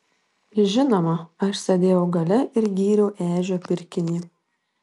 žinoma aš sėdėjau gale ir gyriau ežio pirkinį